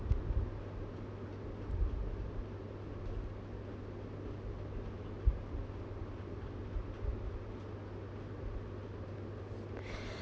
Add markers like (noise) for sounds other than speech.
(breath)